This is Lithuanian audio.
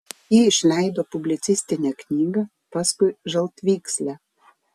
ji išleido publicistinę knygą paskui žaltvykslę